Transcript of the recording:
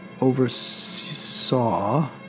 oversaw